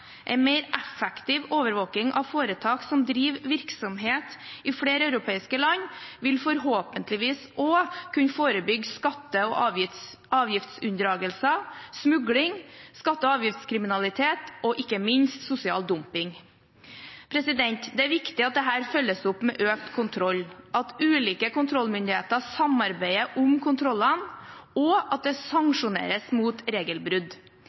En mer effektiv overvåking av foretak som driver virksomhet i flere europeiske land, vil forhåpentligvis også kunne forebygge skatte- og avgiftsunndragelser, smugling, skatte- og avgiftskriminalitet og ikke minst sosial dumping. Det er viktig at dette følges opp med økt kontroll, at ulike kontrollmyndigheter samarbeider om kontrollen, og at det sanksjoneres mot regelbrudd.